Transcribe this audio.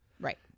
Right